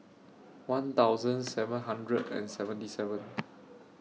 one thousand seven hundred and seventy seven